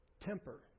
Temper